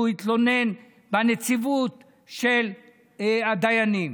שהוא התלונן בנציבות של הדיינים,